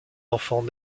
enfants